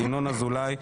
ינון אזולאי,